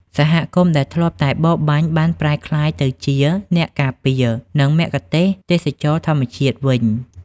សហគមន៍ដែលធ្លាប់តែបរបាញ់ បានប្រែក្លាយទៅជាអ្នកការពារ និងមគ្គុទ្ទេសក៍ទេសចរណ៍ធម្មជាតិវិញ។